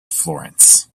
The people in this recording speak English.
florence